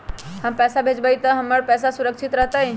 हम पैसा भेजबई तो हमर पैसा सुरक्षित रहतई?